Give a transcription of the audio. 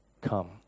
come